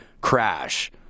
crash